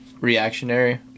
reactionary